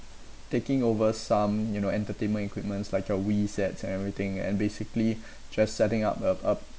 taking over some you know entertainment equipment like a wii sets and everything and basically just setting up a ap~